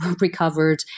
recovered